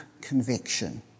conviction